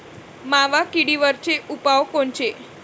मावा किडीवरचे उपाव कोनचे?